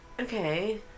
okay